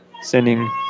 sending